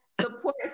support